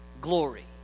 glory